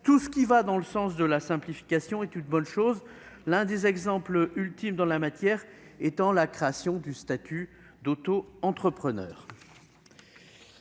Tout ce qui va dans le sens de la simplification est une bonne chose. L'un des exemples ultimes en la matière étant la création du statut d'autoentrepreneur.